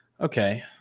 Okay